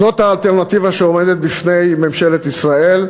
זאת האלטרנטיבה שעומדת בפני ממשלת ישראל,